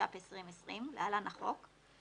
התש"ף-2020 (להלן החוק),